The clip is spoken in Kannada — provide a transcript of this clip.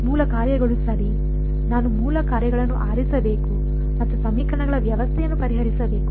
ಮೂಲ ಕಾರ್ಯಗಳು ಸರಿ ನಾನು ಮೂಲ ಕಾರ್ಯಗಳನ್ನು ಆರಿಸಬೇಕು ಮತ್ತು ಸಮೀಕರಣಗಳ ವ್ಯವಸ್ಥೆಯನ್ನು ಪರಿಹರಿಸಬೇಕು